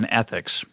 ethics